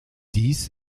dies